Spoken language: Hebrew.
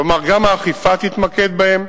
כלומר, גם האכיפה תתמקד בהן,